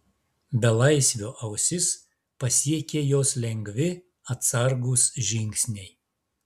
belaisvio ausis pasiekė jos lengvi atsargūs žingsniai